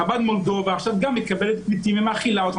חב"ד מולדובה עכשיו מאכילה אותם.